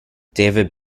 david